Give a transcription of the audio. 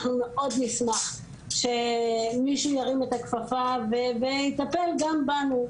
אנחנו מאוד נשמח שמישהו ירים את הכפפה ויטפל גם בנו.